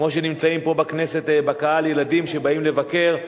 כמו שנמצאים פה בכנסת בקהל ילדים שבאים לבקר,